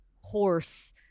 horse